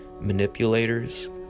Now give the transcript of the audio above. manipulators